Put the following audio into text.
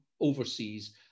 overseas